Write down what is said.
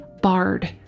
barred